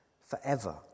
forever